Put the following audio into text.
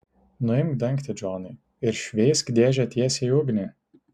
nuimk dangtį džonai ir šveisk dėžę tiesiai į ugnį